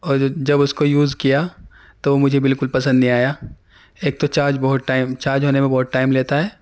اور جب اس کو یوز کیا تو وہ مجھے بالکل پسند نہیں آیا ایک تو چارج بہت ٹائم چارج ہونے میں بہت ٹائم لیتا ہے